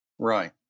Right